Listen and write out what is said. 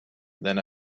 then